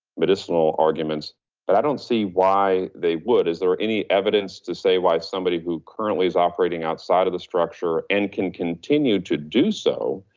medicinal arguments. but i don't see why they would. is there any evidence to say why somebody who currently is operating outside of the structure and can continue to do so,